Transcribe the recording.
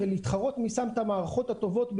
ולהתחרות מי שם את המערכות הטובות ביותר.